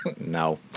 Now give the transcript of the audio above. No